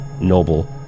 noble